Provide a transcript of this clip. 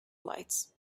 lights